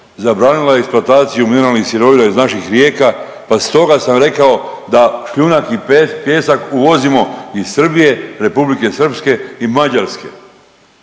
zabranila je eksploataciju mineralnih sirovina iz naših rijeka, pa stoga sam rekao da šljunak i pijesak uvozimo iz Srbije, Republike Srpske i Mađarske